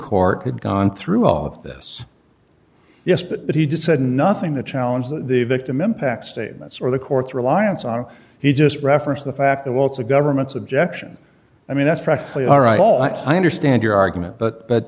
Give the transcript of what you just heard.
court had gone through all of this yes but he just said nothing to challenge the victim impact statements or the court's reliance on he just referenced the fact that well it's a government's objection i mean that's practically all right all i understand your argument but